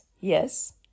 yes